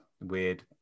weird